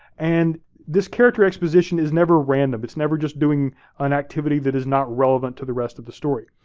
and this character exposition is never random, it's never just doing an activity that is not relevant to the rest of the story.